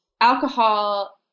alcohol